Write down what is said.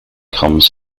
comes